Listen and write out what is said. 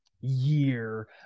year